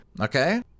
Okay